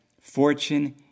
fortune